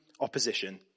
opposition